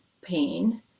pain